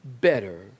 better